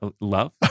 Love